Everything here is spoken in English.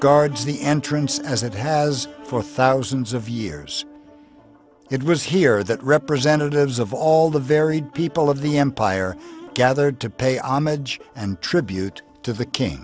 guards the entrance as it has for thousands of years it was here that representatives of all the varied people of the empire gathered to pay homage and tribute to the king